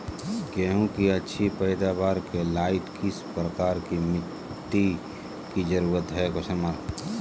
गेंहू की अच्छी पैदाबार के लाइट किस प्रकार की मिटटी की जरुरत है?